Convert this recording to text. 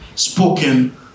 spoken